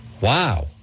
Wow